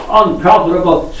unprofitable